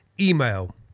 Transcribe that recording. Email